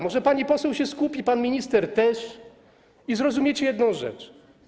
Może pani poseł się skupi, pan minister też i zrozumiecie jedną rzecz.